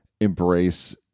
embrace